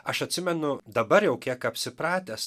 aš atsimenu dabar jau kiek apsipratęs